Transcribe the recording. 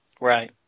Right